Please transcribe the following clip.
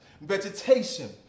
vegetation